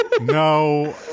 No